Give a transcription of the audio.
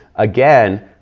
again,